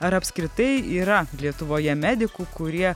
ar apskritai yra lietuvoje medikų kurie